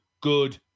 Good